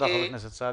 ארנונה עסקית,